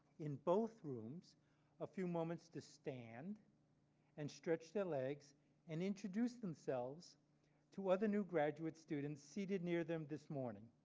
in both rooms a few moments to stand and stretch their legs and introduce themselves to other new graduate students seated near them this morning.